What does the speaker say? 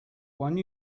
one